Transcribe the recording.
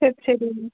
சரி சரி மேம்